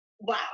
wow